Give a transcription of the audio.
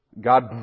God